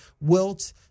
Wilt